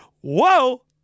whoa